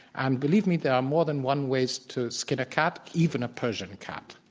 and, believe me, there are more than one ways to skin a cat, even a persian cat.